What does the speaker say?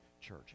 church